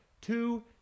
Two